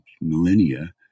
millennia